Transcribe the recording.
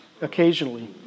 occasionally